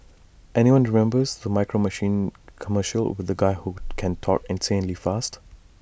anyone remember the micro machines commercials with the guy who can talk insanely fast